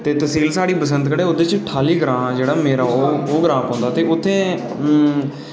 ते तसील साढ़ी बसंतगढ़ ऐ ओह्दे च ठाह्ली ग्रांऽ जेह्ड़ा ऐ मेरा ओह् ओह् ग्रांऽ पौंदा ते उत्थै